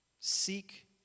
Seek